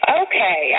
okay